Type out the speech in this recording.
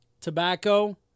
tobacco